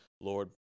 Lord